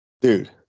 Dude